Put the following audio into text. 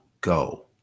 go